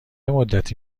مدتی